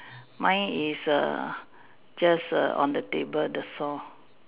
mine is err just err on the table that's all